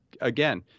again